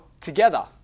together